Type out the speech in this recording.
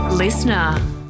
Listener